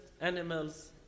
animals